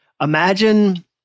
Imagine